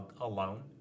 alone